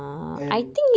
and